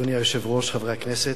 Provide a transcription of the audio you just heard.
אדוני היושב-ראש, חברי הכנסת,